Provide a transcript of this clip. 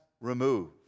remove